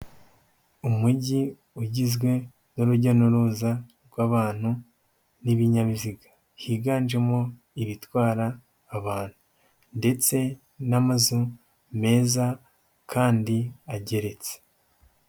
Umujyi ugizwe n'urujya n'uruza rw'abantu n'ibinyabiziga, higanjemo ibitwara abantu ndetse n'amazu meza kandi ageretse.